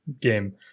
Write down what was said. game